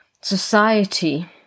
society